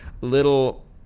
little